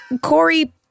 corey